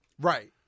Right